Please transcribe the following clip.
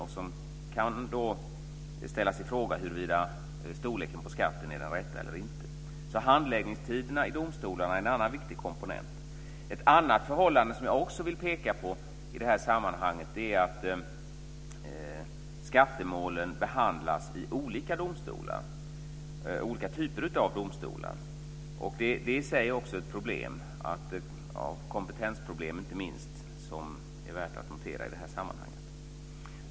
Det kan då sättas i fråga huruvida storleken på skatten är den rätta eller inte. Så handläggningstiderna i domstolarna är en annan viktig komponent. Ett annat förhållande som jag också vill peka på i det här sammanhanget är att skattemålen behandlas i olika typer av domstolar. Det är i sig ett problem. Det är inte minst ett kompetensproblem som är värt att notera i det här sammanhanget.